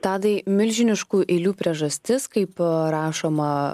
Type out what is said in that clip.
tadai milžiniškų eilių priežastis kaip rašoma